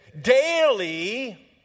Daily